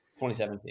2017